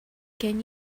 can